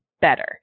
better